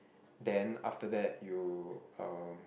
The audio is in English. then after that you uh